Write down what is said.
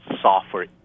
software